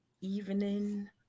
evening